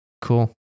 Cool